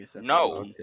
No